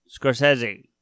Scorsese